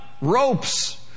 ropes